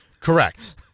Correct